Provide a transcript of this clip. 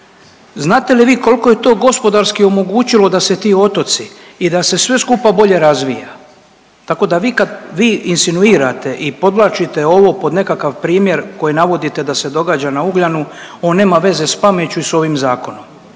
Znate li vi koliko je to gospodarski omogućilo da se ti otoci i da se sve skupa bolje razvija, tako da vi kad, vi insinuirate i podvlačite ovo pod nekakav primjer koji navodite da se događa na Ugljanu. On nema veze sa pameću i sa ovim zakonom.